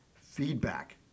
feedback